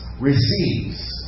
receives